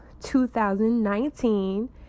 2019